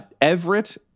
everett